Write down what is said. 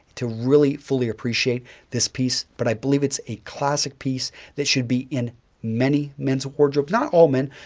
to really fully appreciate this piece, but i believe it's a classic piece that should be in many men's wardrobes, not all men,